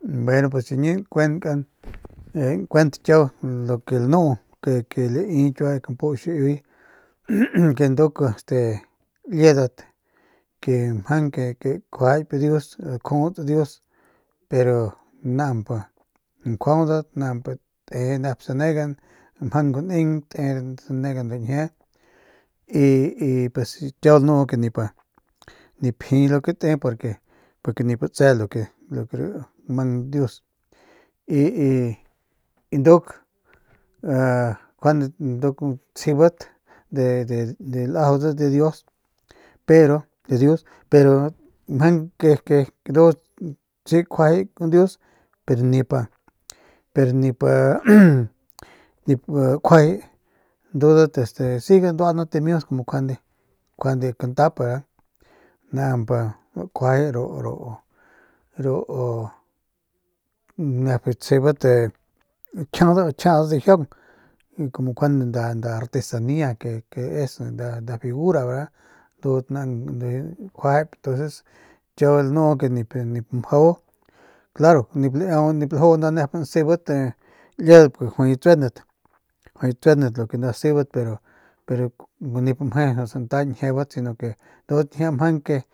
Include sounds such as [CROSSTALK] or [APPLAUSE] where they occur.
Bueno pues chiñi nkuenkan nkuent kiau lo ke lanu ke ke lai kiua kampu xiiuy [NOISE] ke nduk este liedat ke mjang ke kjuajayp dius juts dius pero namp njuaudat namp te nep sanegan mjang guneng te nep sanegan rañjie y y pues kiau lanu ke nip nip jiy lu ke te porque nip tse lu ke mang dius y y nduk a a tsjebat de de lajaudat de dios pero de dius pero mjang ke ke ndudat si kjuajay kun dius pero nipa, pero nipa [NOISE] kjuajay ndudat siga nduaanat dimiut kumu juande juande kantap verda naamp kjuajay ru nep tsjebat kjiadat jiaung como juande nda artesania ke ke es nda figura ndudat naamp ndujuky kjuajayp entonces kiau lanu ke nip mjau claro nip laiau nda nep nsebat liedat purke juay tsuendat tsuendat lu ke nda sebat pero nip mje biu santa ñjie si no ke ndudat ñjie mjang.